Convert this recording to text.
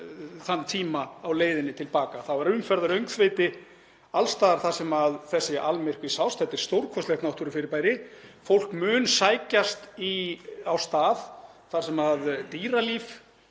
þann tíma á leiðinni til baka. Það var umferðaröngþveiti alls staðar þar sem þessi almyrkvi sást. Þetta er stórkostlegt náttúrufyrirbæri. Fólk mun sækjast á stað þar sem dýralíf